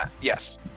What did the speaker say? Yes